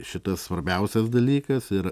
šitas svarbiausias dalykas ir